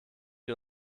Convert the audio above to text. ihr